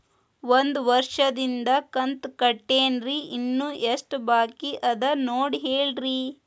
ಒಂದು ವರ್ಷದಿಂದ ಕಂತ ಕಟ್ಟೇನ್ರಿ ಇನ್ನು ಎಷ್ಟ ಬಾಕಿ ಅದ ನೋಡಿ ಹೇಳ್ರಿ